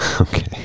Okay